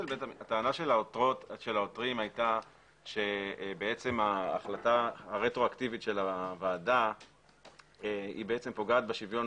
הטענה של העותרים היתה שההחלטה הרטרואקטיבית של הוועדה פוגעת בשוויון